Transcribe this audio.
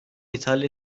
ithal